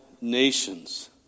nations